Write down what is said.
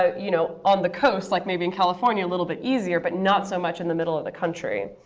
ah you know on the coast, like maybe in california a little bit easier. but not so much in the middle of the country.